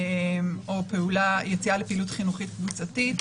או יציאה לפעילות חינוכית קבוצתית.